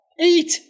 Eight